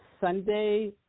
Sunday